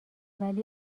ولی